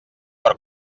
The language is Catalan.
per